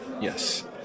yes